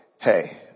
hey